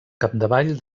capdavall